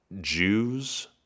Jews